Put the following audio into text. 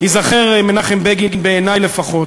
ייזכר מנחם בגין, בעיני לפחות,